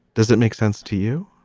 does it make sense to you?